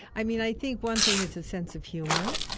i mean, i think one thing is a sense of humor,